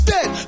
Dead